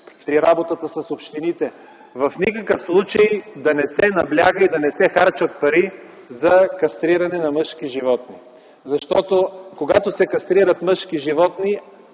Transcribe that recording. при работата с общините - в никакъв случай да не се набляга и да не се харчат пари за кастриране на мъжки животни. Когато се кастрират мъжки животни